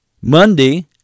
Monday